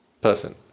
person